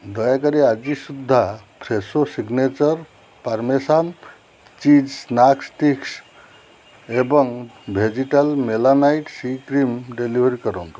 ଦୟାକରି ଆଜି ସୁଦ୍ଧା Fresho signature parmesan cheese snack sticks ଏବଂ vegetal melanite sea cream deliver କରନ୍ତୁ